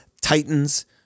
Titans